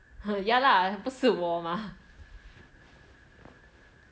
ha ya lah 不是我吗